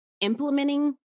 implementing